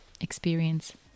experience